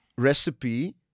Recipe